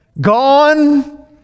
gone